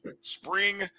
Spring